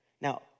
Now